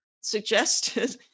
suggested